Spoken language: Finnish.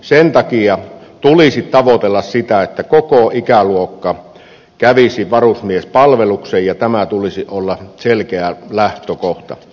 sen takia tulisi tavoitella sitä että koko ikäluokka kävisi varusmiespalveluksen ja tämän tulisi olla selkeä lähtökohta